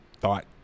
thought